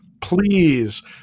Please